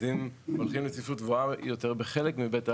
אז אם הולכים על צפיפות גבוהה יותר בחלק מבית העלמין,